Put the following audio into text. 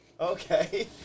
Okay